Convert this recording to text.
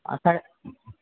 আষাঢ়